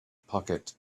pocket